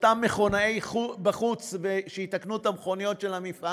אותם מכונאי חוץ שיתקנו את המכוניות של המפעל,